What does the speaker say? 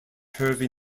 hervey